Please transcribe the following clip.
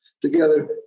together